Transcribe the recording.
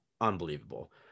unbelievable